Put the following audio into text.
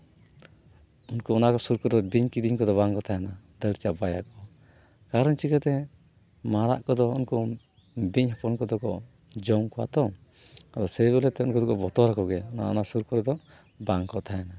ᱩᱱᱠᱩ ᱚᱱᱟ ᱥᱩᱨ ᱠᱚᱨᱮ ᱵᱤᱧ ᱠᱤᱫᱤᱧ ᱠᱚᱫᱚ ᱵᱟᱝᱠᱚ ᱛᱟᱦᱮᱱᱟ ᱫᱟᱹᱲ ᱪᱟᱵᱟᱭᱟᱠᱚ ᱠᱟᱨᱚᱱ ᱪᱤᱠᱟᱹᱛᱮ ᱢᱟᱨᱟᱜ ᱠᱚᱫᱚ ᱩᱱᱠᱩ ᱵᱤᱧ ᱦᱚᱯᱚᱱ ᱠᱚᱫᱚ ᱠᱚ ᱡᱚᱢ ᱠᱚᱣᱟ ᱛᱚ ᱟᱫᱚ ᱥᱮᱭ ᱵᱟᱨᱮᱛᱮ ᱩᱱᱠᱩ ᱫᱚᱠᱚ ᱵᱚᱛᱚᱨᱟᱠᱚ ᱜᱮᱭᱟ ᱚᱱᱟ ᱚᱱᱟ ᱥᱩᱨ ᱠᱚᱨᱮ ᱫᱚ ᱵᱟᱝᱠᱚ ᱛᱟᱦᱮᱱᱟ